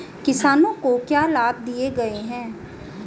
किसानों को क्या लाभ दिए गए हैं?